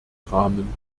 rahmen